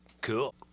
Cool